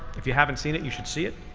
if you haven't seen it, you should see it.